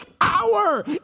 hour